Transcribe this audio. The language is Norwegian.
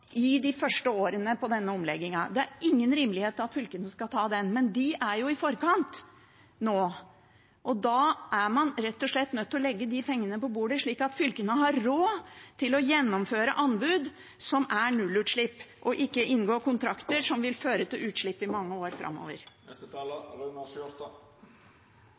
i de første årene av denne omleggingen. Det er ingen rimelighet i at fylkene skal ta den, men de er jo i forkant nå. Da er man rett og slett nødt til å legge de pengene på bordet, slik at fylkene har råd til å gjennomføre anbud som gir nullutslipp, og ikke inngå kontrakter som vil føre til utslipp i mange år framover. Klimakrisen er